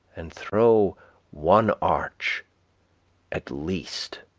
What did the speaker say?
and throw one arch at least